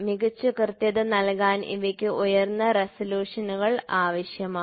മികച്ച കൃത്യത നല്കാൻ ഇവയ്ക്ക് ഉയർന്ന റെസല്യൂഷനുകൾ ആവശ്യമാണ്